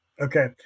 Okay